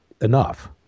enough